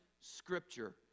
scripture